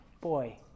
boy